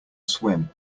swim